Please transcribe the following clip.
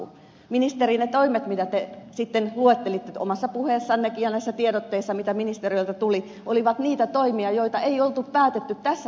ministeri ne toimet mitä te sitten luettelitte omassa puheessannekin ja mitä oli näissä tiedotteissa mitä ministeriöltä tuli olivat niitä toimia joita ei ollut päätetty tässä suhdannetilanteessa